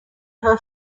her